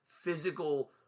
physical